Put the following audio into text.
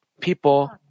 people